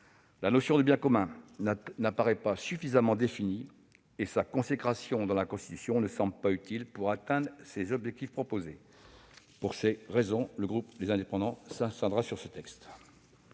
La notion de « biens communs » n'apparaît pas suffisamment définie et sa consécration dans la Constitution ne semble pas utile pour atteindre les objectifs visés. Pour ces raisons, le groupe Les Indépendants s'abstiendra sur ce texte.